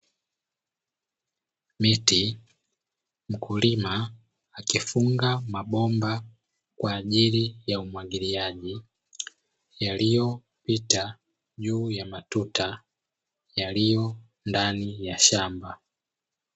Miti, mkulima akifunga mabomba kwa ajili ya umwagiliaji yaliyopita juu ya matuta yaliyo ndani ya shamba.